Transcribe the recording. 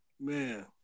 man